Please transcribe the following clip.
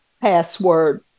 password